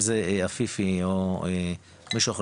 אם זה עפיפי או מישהו אחר,